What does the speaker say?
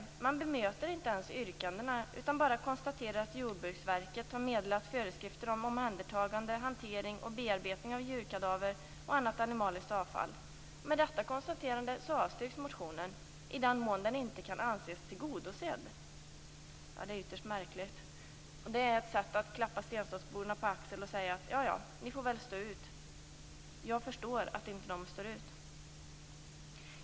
Utskottet bemöter inte ens yrkandena utan konstaterar bara att Jordbruksverket har meddelat föreskrifter om omhändertagande, hantering och bearbetning av djurkadaver och annat animaliskt avfall. Med detta konstaterande avstyrks motionen i den mån den inte kan anses tillgodosedd, skriver utskottet. Detta är ytterst märkligt. Det är ett sätt att klappa Stenstorpsborna på axeln och säga: Ni får väl stå ut. Jag förstår att de inte står ut.